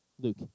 Luke